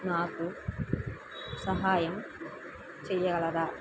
నాకు సహాయం చేయగలరా